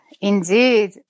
indeed